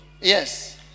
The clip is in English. Yes